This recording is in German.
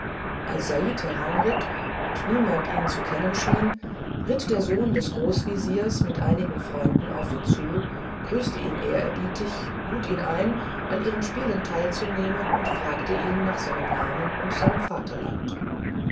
als said heranritt und niemand ihn zu kennen schien ritt der sohn des großwesirs mit einigen freunden auf ihn zu grüßte ihn ehrerbietig lud ihn ein an ihren spielen teilzunehmen und fragte ihn nach seinem namen und seinem vaterland